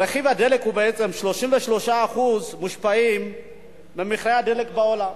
רכיב הדלק, בעצם 33% מושפעים ממחיר הדלק בעולם,